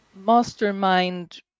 Mastermind